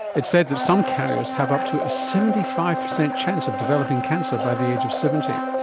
it's said that some carriers have up to a seventy five percent chance of developing cancer by the age of seventy.